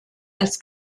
als